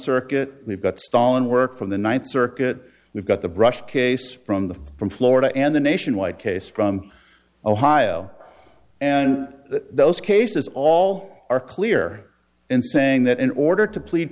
circuit we've got stonework from the ninth circuit we've got the brush case from the from florida and the nationwide case from ohio and those cases all are clear in saying that in order to plead